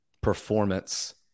performance